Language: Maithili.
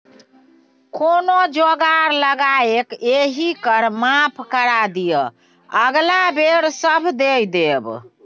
कोनो जोगार लगाकए एहि कर माफ करा दिअ अगिला बेर सभ दए देब